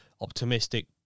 optimistic